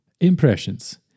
Impressions